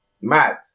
Mad